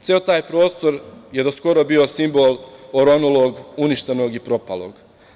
Ceo taj prostor je do skoro bio simbol oronulog, uništenog i propalog.